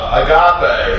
agape